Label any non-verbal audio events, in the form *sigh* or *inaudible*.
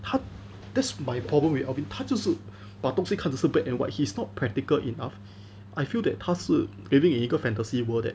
他 that's my problem with alvin 他就是把东西看只是 black and white he's not practical enough *breath* I feel that 他是 living in 一个 fantasy world that